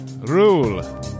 Rule